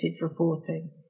reporting